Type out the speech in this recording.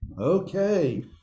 Okay